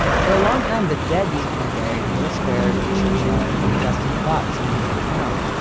for a long time, the dead used to be buried in little squares or churchyards on dusty plots in the middle of town.